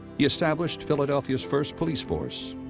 he established philadelphia's first police force,